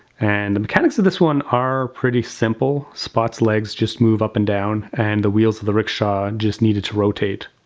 and the mechanics of this one are pretty simple. spot's legs just move up and down and the wheels of the rickshaw just needed to rotate.